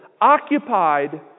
occupied